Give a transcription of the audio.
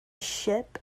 ship